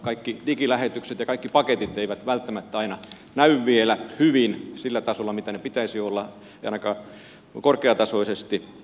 kaikki digilähetykset ja kaikki paketit eivät välttämättä aina näy vielä hyvin sillä tasolla millä niiden pitäisi olla eivät ainakaan korkeatasoisesti